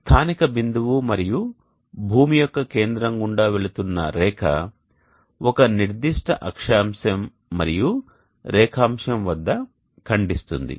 స్థానిక బిందువు మరియు భూమి యొక్క కేంద్రం గుండా వెళుతున్న రేఖ ఒక నిర్దిష్ట అక్షాంశం మరియు రేఖాంశం వద్ద ఖండిస్తుంది